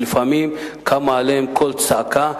שלפעמים קם עליהם קול צעקה.